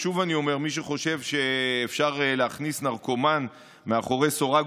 שוב אני אומר: מי שחושב שאפשר להכניס נרקומן מאחורי סורג